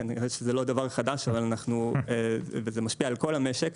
כנראה שזה לא דבר חדש וזה משפיע על כל המשק.